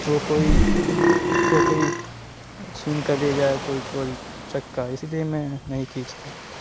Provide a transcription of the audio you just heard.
وہ کوئی اس کو کوئی چھین کر لے جائے کوئی چور اچکا اسی لیے میں نہیں کھینچتا